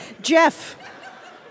Jeff